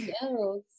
else